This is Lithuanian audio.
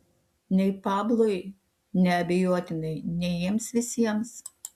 nei pablui neabejotinai nei jiems visiems